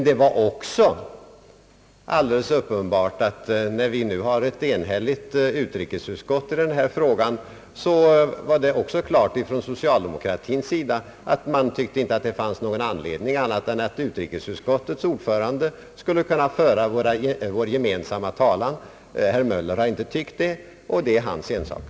Det var också alldeles uppenbart, när vi nu har ett enigt utrikesutskott i denna fråga, att socialdemokraterna ansåg att det inte fanns anledning att någon annan än utrikesutskottets ordförande skulle föra vår gemensamma talan. Herr Möller har inte ansett det, och det är hans ensak.